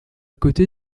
côté